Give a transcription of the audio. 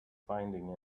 finding